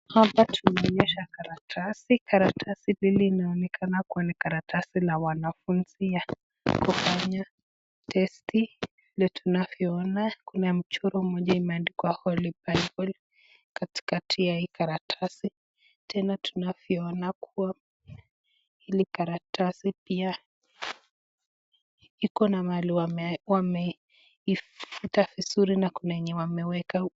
Hapa tunaoneshwa karatasi, karatasi hili linaonekana kua ni ya mwanafunzi amefanya testi . Vile tunavyoona kuna mchoro mmoja ambayo imeandikwa Holy Bible katikati ya hii karatasi. Tena tunavyoona kua hili karatasi pia iko na mahali wameifuta vizuri na kuna enye wameweka.